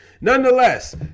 Nonetheless